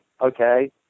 okay